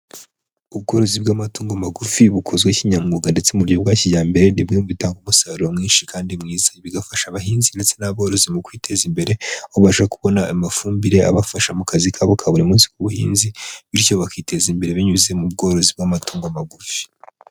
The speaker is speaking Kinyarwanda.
Ubworozi bw'amatungo magufi bukozwe kinyamwuga ndetse mu buryo bwa kijyambere ni bimwe mu bitanga umusaruro mwinshi kandi mwiza. Bigafasha abahinzi ndetse n'aborozi mu kwiteza imbere aho babasha kubona amafumbire abafasha mu kazi kabo ka buri munsi k'ubuhinzi. Bityo bakiteza imbere binyuze mu bworozi bw'amatungo magufi.